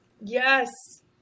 yes